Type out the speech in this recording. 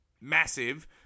massive